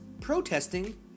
protesting